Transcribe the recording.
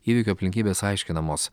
įvykio aplinkybės aiškinamos